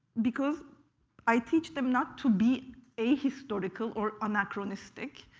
because i teach them not to be ahistorical or anachronistic,